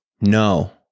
No